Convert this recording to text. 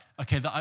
okay